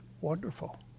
wonderful